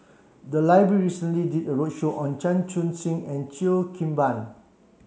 the library recently did a roadshow on Chan Chun Sing and Cheo Kim Ban